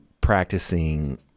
practicing